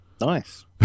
Nice